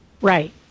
right